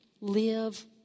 live